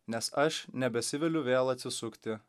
nes aš nebesiviliu vėl atsisukti